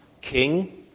king